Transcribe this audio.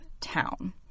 town